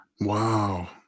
Wow